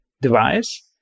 device